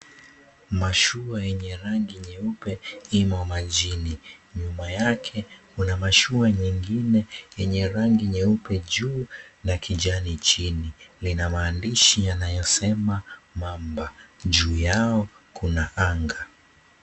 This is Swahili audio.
Mashua yenye rangi nyeupe, imo majini. Nyuma yake, kuna mashua nyingine yenye rangi nyeupe juu na kijani chini. Lina maandishi yanayosema, Mamba. Juu yao, kuna anga.